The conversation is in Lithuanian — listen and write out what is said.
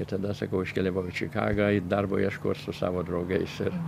ir tada sakau iškeliavau į čikagą eit darbo ieškot su savo draugais ir